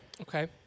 okay